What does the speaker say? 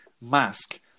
mask